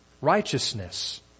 Righteousness